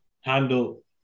handle